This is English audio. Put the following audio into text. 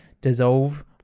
dissolve